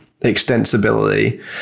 extensibility